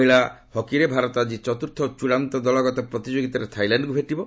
ମହିଳା ହକିରେ ଭାରତ ଆଜି ଚତୁର୍ଥ ଓ ଚ୍ଚଡ଼ାନ୍ତ ଦଳଗତ ପ୍ରତିଯୋଗିତାରେ ଥାଇଲାଣ୍ଡକୁ ଭେଟିବ